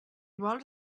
vols